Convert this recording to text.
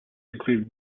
include